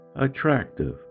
attractive